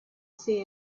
see